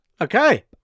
Okay